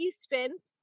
strength